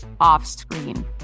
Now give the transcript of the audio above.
off-screen